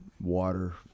water